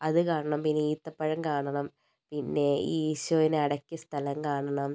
അത് കാണണം പിന്നെ ഈത്തപ്പഴം കാണണം പിന്നെ ഈശോയിനെ അടക്കിയ സ്ഥലം കാണണം